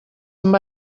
amb